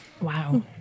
Wow